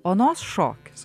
onos šokis